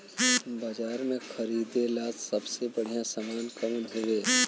बाजार में खरदे ला सबसे बढ़ियां अनाज कवन हवे?